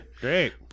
Great